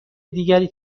دیگری